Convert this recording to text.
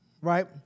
right